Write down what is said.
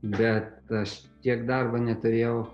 bet aš tiek darbo neturėjau